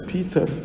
Peter